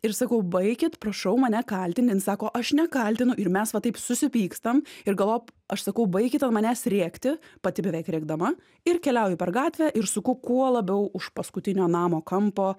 ir sakau baikit prašau mane kaltini jinai sako aš nekaltinu ir mes va taip susipykstam ir galvoju aš sakau baikit manęs rėkti pati beveik rėkdama ir keliauju per gatvę ir suku kuo labiau už paskutinio namo kampo